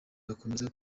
hakomeje